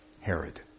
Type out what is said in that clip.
Herod